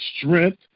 Strength